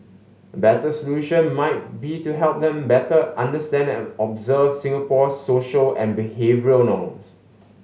a better solution might be to help them better understand and observe Singapore's social and behavioural norms